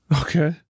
Okay